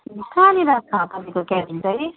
कहाँनिर छ तपाईँको क्याबिन चाहिँ